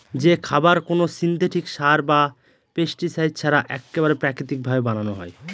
যে খাবার কোনো সিনথেটিক সার বা পেস্টিসাইড ছাড়া এক্কেবারে প্রাকৃতিক ভাবে বানানো হয়